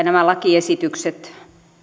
nämä lakiesitykset